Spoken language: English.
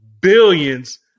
billions